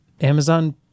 Amazon